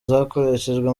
zakoreshejwe